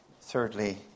thirdly